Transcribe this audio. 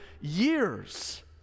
years